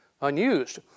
unused